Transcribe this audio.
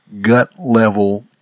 gut-level